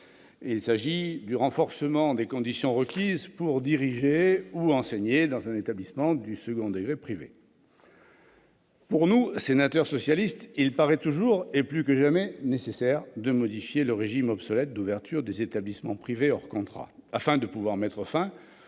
il s'agit du renforcement des conditions requises pour diriger ou enseigner dans un établissement privé du second degré. Pour nous, sénateurs socialistes, il paraît toujours et plus que jamais nécessaire de modifier le régime obsolète d'ouverture des établissements privés hors contrat pour pouvoir mettre fin aux dérives précitées constatées.